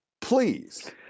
please